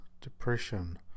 depression